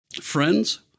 Friends